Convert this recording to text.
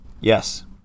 yes